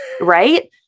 Right